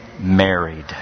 married